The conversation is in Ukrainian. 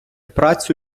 працю